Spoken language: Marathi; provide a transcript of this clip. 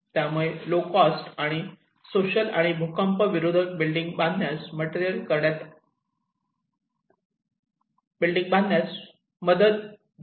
त्यामुळे लोक कॉस्ट सोशल आणि भूकंप विरोधक बिल्डिंग बांधण्यास मदत झाली